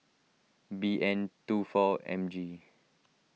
B N two four M G